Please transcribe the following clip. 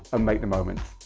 ah make the moments.